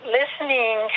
listening